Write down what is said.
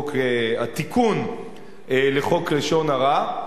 התיקון לחוק לשון הרע.